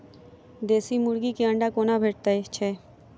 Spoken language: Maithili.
देसी मुर्गी केँ अंडा कोना भेटय छै?